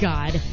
God